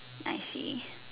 I see